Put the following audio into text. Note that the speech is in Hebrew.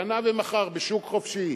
קנה ומכר בשוק חופשי,